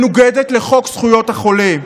מנוגדת לחוק זכויות החולה.